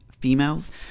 females